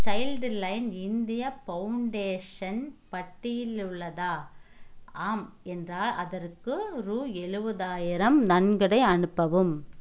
child line India foundation பட்டியில் உள்ளதா ஆம் என்றால் அதற்கு ரூ எழுவதாயிரம் நன்கொடை அனுப்பவும்